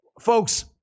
Folks